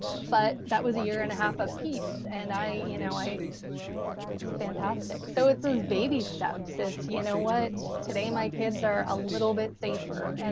but that was a year and a half of ah piece. and i you know i yeah was fantastic. so it's those baby steps. it's, you know what, today my kids are a little bit safer. and